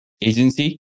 agency